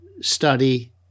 study